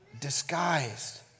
disguised